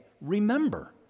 remember